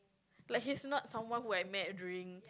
like he's not someone who I met during